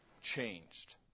changed